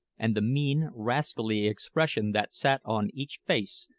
and the mean, rascally expression that sat on each face,